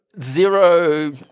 zero